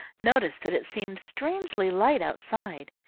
noticed that it seemed strangely light outside.